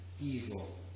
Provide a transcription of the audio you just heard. evil